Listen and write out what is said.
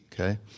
okay